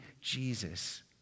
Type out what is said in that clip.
Jesus